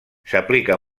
s’aplica